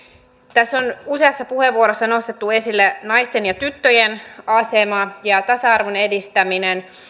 tässä on useassa puheenvuorossa nostettu esille naisten ja tyttöjen asema ja tasa arvon edistäminen